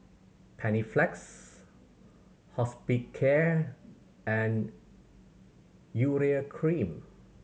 Panaflex Hospicare and Urea Cream